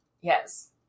Yes